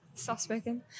Soft-spoken